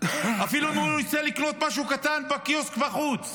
אפילו אם הוא יוצא לקנות משהו קטן בקיוסק בחוץ.